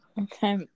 Okay